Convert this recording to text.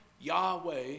Yahweh